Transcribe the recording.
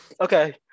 Okay